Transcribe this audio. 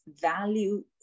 value